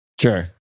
Sure